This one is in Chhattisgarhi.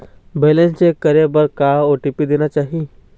बैलेंस चेक करे बर का ओ.टी.पी देना चाही?